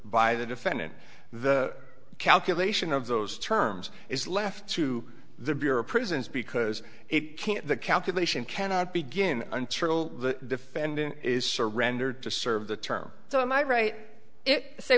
by the defendant the calculation of those terms is left to the bureau of prisons because it can't the calculation cannot begin until the defendant is surrendered to serve the term so am i right it say